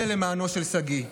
זה למענו של שגיא.